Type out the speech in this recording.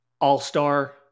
All-star